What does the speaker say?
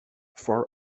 four